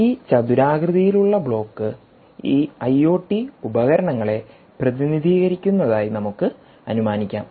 ഈ ചതുരാകൃതിയിലുള്ള ബ്ലോക്ക് ഈ ഐഒടി ഉപകരണങ്ങളെ പ്രതിനിധീകരിക്കുന്നതായി നമുക്ക് അനുമാനിക്കാം